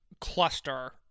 cluster